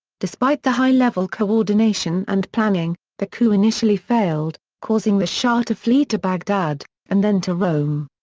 despite the high-level coordination and planning, the coup initially failed, causing the shah to flee to baghdad, and then to rome.